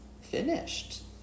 finished